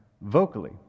vocally